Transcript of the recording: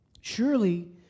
Surely